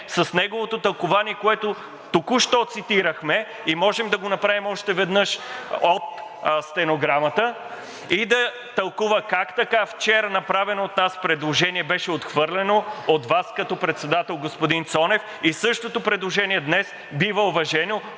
с неговото тълкувание, което току-що цитирахме и можем да го направим още веднъж от стенограмата, и да тълкува как така вчера направено от нас предложение беше отхвърлено от Вас като председател, господин Цонев, и същото предложение днес бива уважено